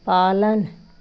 पालन